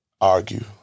Argue